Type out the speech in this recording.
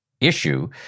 issue